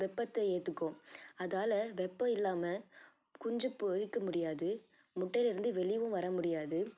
வெப்பத்தை ஏற்றுக்கும் அதால் வெப்பம் இல்லாமல் குஞ்சி பொரிக்க முடியாது முட்டையிலிருந்து வெளியேவும் வரவும் முடியாது